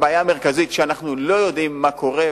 הבעיה המרכזית היא שאנחנו לא יודעים מה קורה,